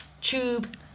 tube